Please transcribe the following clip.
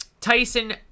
Tyson